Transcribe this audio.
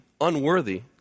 unworthy